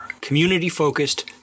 community-focused